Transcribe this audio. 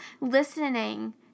listening